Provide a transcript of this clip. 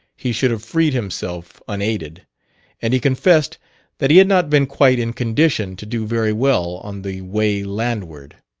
he should have freed himself unaided and he confessed that he had not been quite in condition to do very well on the way landward.